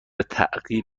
تعقیب